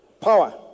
power